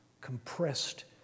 compressed